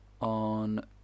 on